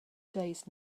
days